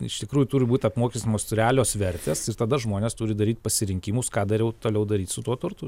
iš tikrųjų turi būt apmokestinamos realios vertės ir tada žmonės turi daryti pasirinkimus ką dariau toliau daryti su tuo turtu